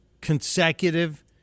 consecutive